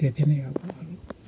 त्यति नै हो अब